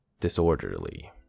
disorderly